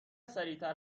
سریعتر